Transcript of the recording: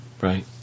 right